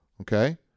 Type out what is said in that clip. Okay